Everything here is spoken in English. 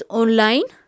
online